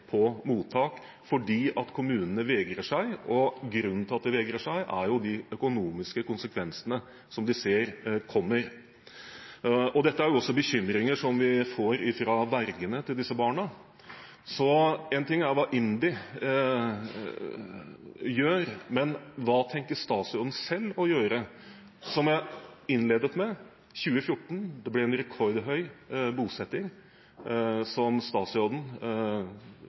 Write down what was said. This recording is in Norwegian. på mottak fordi kommunene vegrer seg, og grunnen til at de vegrer seg, er jo de økonomiske konsekvensene som de ser kommer. Dette er jo også bekymringer som vi får fra vergene til disse barna. Så én ting er hva IMDi gjør, men hva tenker statsråden selv å gjøre? Som jeg innledet med, ble det en rekordhøy bosetting i 2014, som statsråden